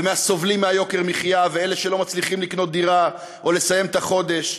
ומהסובלים מיוקר המחיה ואלה שלא מצליחים לקנות דירה או לסיים את החודש,